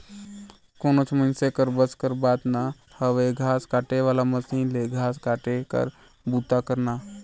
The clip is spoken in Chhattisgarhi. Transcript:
कोनोच मइनसे कर बस कर बात ना हवे घांस काटे वाला मसीन ले घांस काटे कर बूता करना